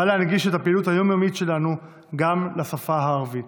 בא להנגיש את הפעילות היום-יומית שלנו גם לשפה הערבית.